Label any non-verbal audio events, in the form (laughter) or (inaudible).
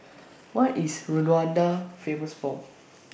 (noise) What IS Rwanda Famous For